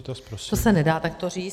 To se nedá takto říct.